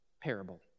parable